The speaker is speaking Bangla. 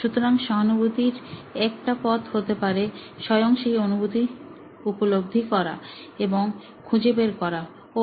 সুতরাং সহানুভূতির একটা পথ হতে পারে স্বয়ং সেই অনুভূতির উপলব্ধি করা এবং খুঁজে বের করা ওহ